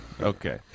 Okay